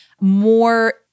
more